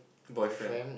boyfriend